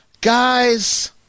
Guys